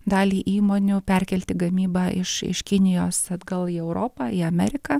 dalį įmonių perkelti gamybą iš iš kinijos atgal į europą į ameriką